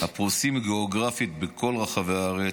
הפרוסים גיאוגרפית בכל רחבי הארץ,